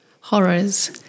horrors